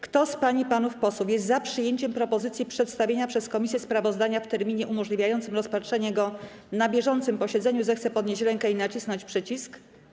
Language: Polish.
Kto z pań i panów posłów jest za przyjęciem propozycji przedstawienia przez komisję sprawozdania w terminie umożliwiającym rozpatrzenie go na bieżącym posiedzeniu, zechce podnieść rękę i nacisnąć przycisk.